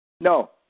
No